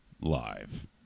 live